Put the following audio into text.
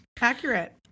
Accurate